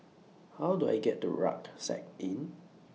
How Do I get to Rucksack Inn